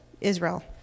Israel